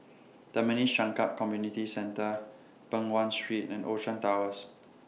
Tampines Changkat Community Centre Peng Nguan Street and Ocean Towers